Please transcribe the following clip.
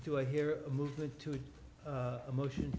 do i hear a movement to a motion